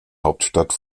hauptstadt